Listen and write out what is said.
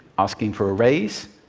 asking for a raise,